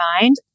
mind